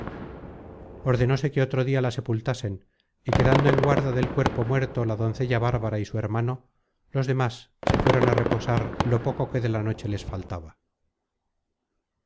las piedras ordenóse que otro dia la sepultasen y quedando en guarda del cuerpo muerto la doncella bárbara y su hermano los demas se fueron á reposar lo poco que de la noche les faltaba